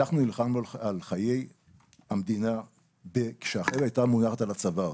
אנחנו נלחמנו על חיי המדינה כשהחבל הייתה מונחת על הצוואר,